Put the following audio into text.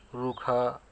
ରୁଖା